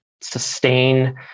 sustain